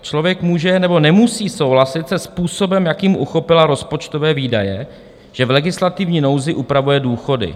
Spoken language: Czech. Člověk může nebo nemusí souhlasit se způsobem, jakým uchopila rozpočtové výdaje, že v legislativní nouzi upravuje důchody.